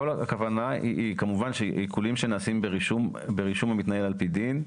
כמובן שכל הכוונה היא עיקולים שנעשים ברישום המתנהל על פי דין.